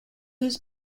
was